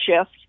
shift